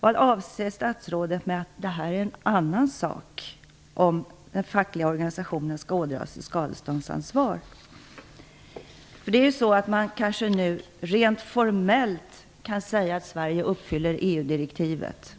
Vad avser statsrådet med att det är en "annan sak" om den fackliga organisationen skall ådra sig skadeståndsansvar? Man kanske rent formellt kan säga att Sverige nu uppfyller EU-direktivet.